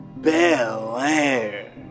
Belair